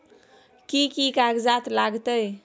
कि कि कागजात लागतै?